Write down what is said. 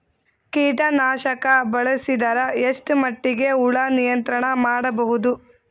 ಕೀಟನಾಶಕ ಬಳಸಿದರ ಎಷ್ಟ ಮಟ್ಟಿಗೆ ಹುಳ ನಿಯಂತ್ರಣ ಮಾಡಬಹುದು?